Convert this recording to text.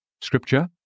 Scripture